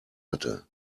hatte